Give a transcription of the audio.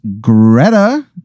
Greta